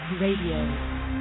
Radio